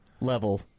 level